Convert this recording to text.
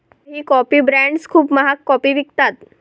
काही coffee brands खूप महाग कॉफी विकतात